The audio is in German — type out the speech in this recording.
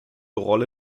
rolle